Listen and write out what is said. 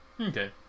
Okay